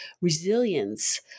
resilience